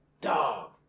Dog